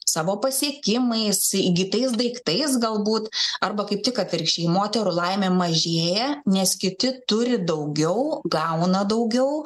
savo pasiekimais įgytais daiktais galbūt arba kaip tik atvirkščiai moterų laimė mažėja nes kiti turi daugiau gauna daugiau